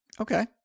Okay